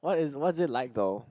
what is what's it like though